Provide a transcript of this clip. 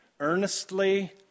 earnestly